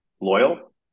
loyal